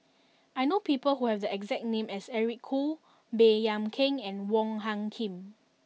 I know people who have the exact name as Eric Khoo Baey Yam Keng and Wong Hung Khim